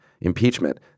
impeachment